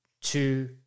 two